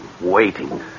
waiting